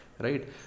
Right